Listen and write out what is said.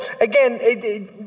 again